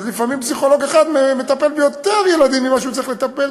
שלפעמים פסיכולוג אחד מטפל ביותר ילדים ממה שהוא צריך לטפל,